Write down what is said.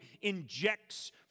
injects